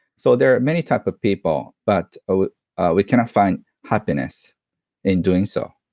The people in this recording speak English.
so, there are many type of people, but ah we cannot find happiness in doing so.